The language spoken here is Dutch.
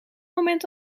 moment